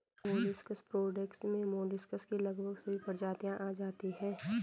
molluscs production में molluscs की लगभग सभी प्रजातियां आ जाती हैं